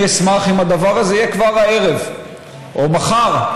אני אשמח אם הדבר הזה יהיה כבר הערב או מחר.